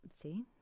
See